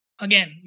Again